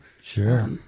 Sure